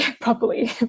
properly